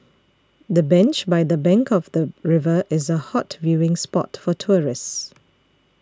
the bench by the bank of the river is a hot viewing spot for tourists